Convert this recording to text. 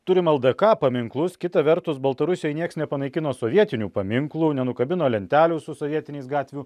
turim ldk paminklus kita vertus baltarusijoj niekas nepanaikino sovietinių paminklų nenukabino lentelių su sovietiniais gatvių